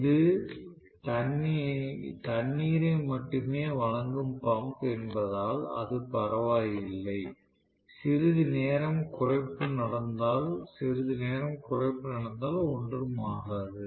இது அது தண்ணீரை மட்டுமே வழங்கும் பம்ப் என்பதால் அது பரவாயில்லை சிறிது நேரம் குறைப்பு நடந்தால் ஒன்றும் ஆகாது